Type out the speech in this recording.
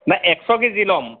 নাই এশ কেজি ল'ম